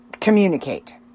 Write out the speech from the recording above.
communicate